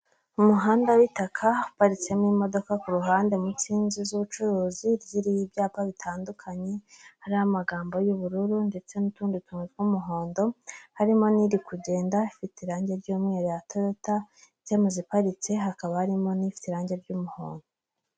Umuhanda w'itaka uparitsemo imodoka ku ruhande mu nsi y'inzu z'ubucuruzi ziriho ibyapa bitandukanye, hari amagambo y'ubururu ndetse n'utundi tumwe tw'umuhondo, harimo n'iri kugenda ifite irangi ry'umweru ya toyota, ndetse mu ziparitse hakaba harimo n'ifite irangi ry'umuhondo.